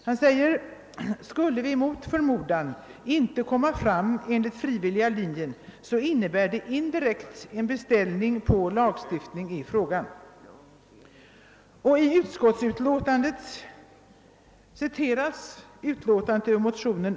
Han säger: »Skulle vi mot förmodan inte komma fram enligt frivilliga linjer innebär det indirekt en beställning på lagstiftning i frågan.» I utskottets utlåtande citeras LO:s yttrande över motionen.